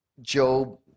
Job